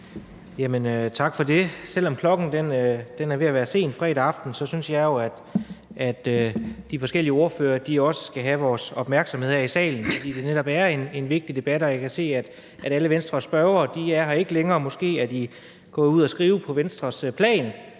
Tak for det. Selv om det er ved at være sent fredag aften, synes jeg jo, at de forskellige ordførere også skal have vores opmærksomhed her i salen, fordi det netop er en vigtig debat. Jeg kan se, at alle Venstres spørgere ikke er her længere; de er måske gået ud for at skrive på Venstres plan.